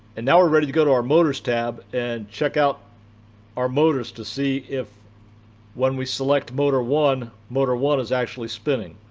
and now we're ready to go to our motors tab and check out our motors to see if when we select motor one motor one is actually spinning.